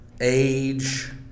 age